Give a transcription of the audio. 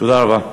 תודה רבה.